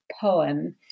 poem